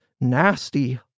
nasty